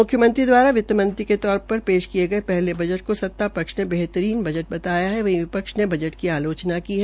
मुख्यमंत्री द्वारा वित्तमंत्री के तौर पर पेश किये गये पहले बजट को सता पक्ष के बेहतरीन बजट बताया है वहीं विपक्ष ने बजट की आलोचना की है